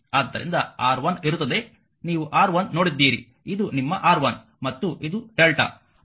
ಆದ್ದರಿಂದ R1 ಇರುತ್ತದೆ ನೀವು R1 ನೋಡಿದ್ದೀರಿ ಇದು ನಿಮ್ಮ R1 ಮತ್ತು ಇದು lrmΔ